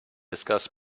discuss